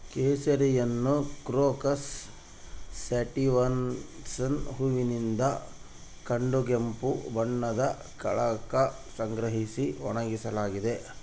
ಕೇಸರಿಯನ್ನುಕ್ರೋಕಸ್ ಸ್ಯಾಟಿವಸ್ನ ಹೂವಿನಿಂದ ಕಡುಗೆಂಪು ಬಣ್ಣದ ಕಳಂಕ ಸಂಗ್ರಹಿಸಿ ಒಣಗಿಸಲಾಗಿದೆ